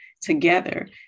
together